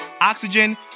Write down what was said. Oxygen